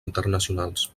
internacionals